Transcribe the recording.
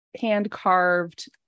hand-carved